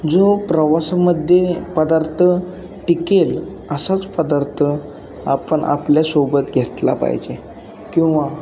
जो प्रवासामध्ये पदार्थ टिकेल असाच पदार्थ आपण आपल्यासोबत घेतला पाहिजे किंवा